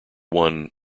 one